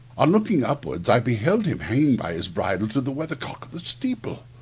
on looking upwards i beheld him hanging by his bridle to the weather-cock of the steeple.